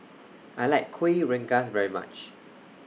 I like Kuih Rengas very much